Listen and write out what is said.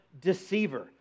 deceiver